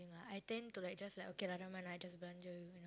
I tend to like just like okay lah never mind lah I just belanja you you know